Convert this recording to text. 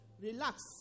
Relax